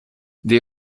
they